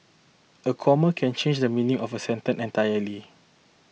a comma can change the meaning of a sentence entirely